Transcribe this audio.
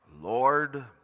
Lord